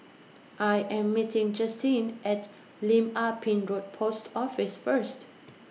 I Am meeting Justen At Lim Ah Pin Road Post Office First